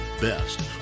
best